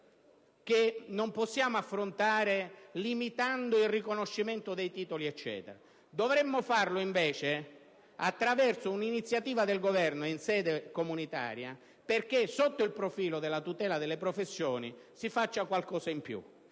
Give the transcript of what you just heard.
con misure come la limitazione del riconoscimento dei titoli: dovremmo farlo invece attraverso un'iniziativa del Governo in sede comunitaria perché, sotto il profilo della tutela delle professioni, si faccia qualcosa in più.